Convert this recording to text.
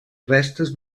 restes